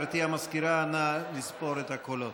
גברתי המזכירה, נא לספור את הקולות.